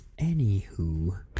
Anywho